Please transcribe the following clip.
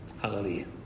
Hallelujah